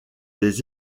des